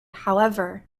however